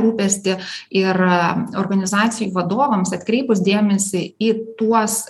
rūpestį ir organizacijų vadovams atkreipus dėmesį į tuos